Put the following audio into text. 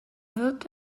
wird